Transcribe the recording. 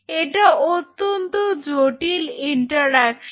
এটা অত্যন্ত জটিল ইন্টারঅ্যাকশন